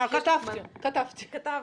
כתבתי אותן.